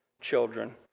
children